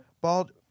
bald